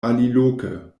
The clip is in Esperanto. aliloke